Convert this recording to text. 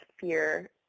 fear